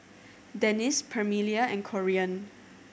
Denis Permelia and Corean